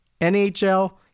NHL